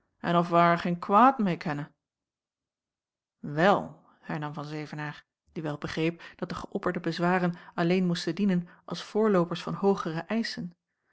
en of wai er gein kwaad mei kennen wel hernam van zevenaer die wel begreep dat de geöpperde bezwaren alleen moesten dienen als voorloopers van hoogere eischen